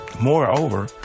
Moreover